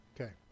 Okay